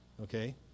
Okay